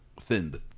thinned